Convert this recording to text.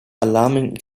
alarming